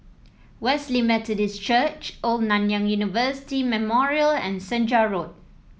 Wesley Methodist Church Old Nanyang University Memorial and Senja Road